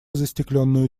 застекленную